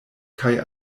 kaj